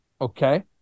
Okay